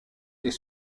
est